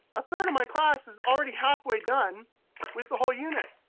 a third of my class is already halfway done with the whole unit.